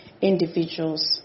individuals